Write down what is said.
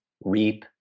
reap